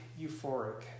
euphoric